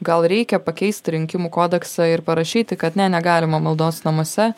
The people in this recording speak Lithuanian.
gal reikia pakeisti rinkimų kodeksą ir parašyti kad ne negalima maldos namuose